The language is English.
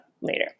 later